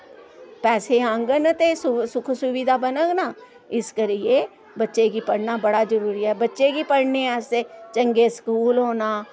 पैसे आंगन ते सुख सुविधा बनग ना इस करियै बच्चे गी पढ़ाना बड़ा जरुरी ऐ बच्चे गी पढ़ने आस्तै चंगे स्कूल होना